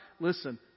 listen